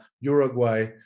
Uruguay